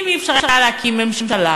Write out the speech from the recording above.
אם לא היה אפשר להקים ממשלה,